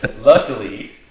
Luckily